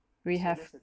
we have